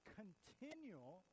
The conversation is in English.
continual